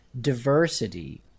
diversity